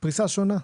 בהקשר הזה,